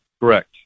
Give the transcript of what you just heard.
Correct